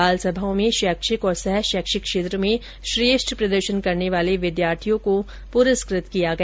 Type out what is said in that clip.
बालसभाओं में शैक्षिक और सह शैक्षिक क्षेत्र में श्रेष्ठ प्रदर्शन करने वाले विद्यार्थियों को पुरस्कृत किया गया